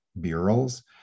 bureaus